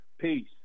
peace